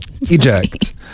Eject